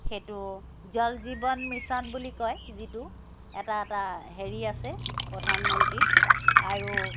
সেইটো জল জীৱন মিছন বুলি কয় যিটো এটা এটা হেৰি আছে প্ৰধানমন্ত্ৰীৰ আৰু